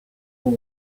ball